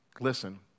listen